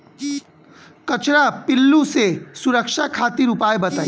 कजरा पिल्लू से सुरक्षा खातिर उपाय बताई?